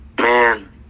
man